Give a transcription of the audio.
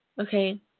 okay